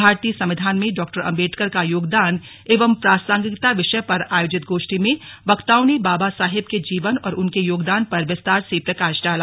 भारतीय संविधान में डॉक्टर अंबेडकर का योगदान एवं प्रासंगिकता विषय पर आयोजित गोष्ठी में वक्ताओं ने बाबा साहेब के जीवन और उनके योगदान पर विस्तार से प्रकाश डाला